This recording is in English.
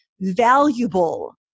valuable